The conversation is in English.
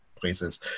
places